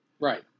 Right